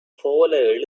போல